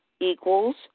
equals